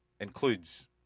includes